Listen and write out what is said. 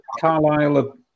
Carlisle